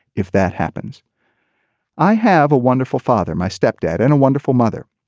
if that happens i have a wonderful father my step dad and a wonderful mother.